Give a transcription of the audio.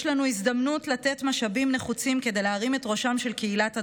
יש לנו הזדמנות לתת משאבים נחוצים כדי להרים את ראשן של קהילות הדרום,